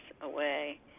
away